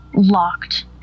Locked